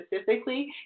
specifically